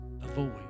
avoid